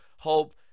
hope